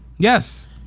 Yes